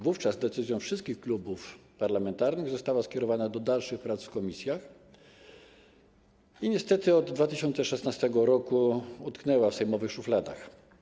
Wówczas decyzją wszystkich klubów parlamentarnych został on skierowany do dalszych prac w komisjach, ale niestety od 2016 r. tkwił w sejmowych szufladach.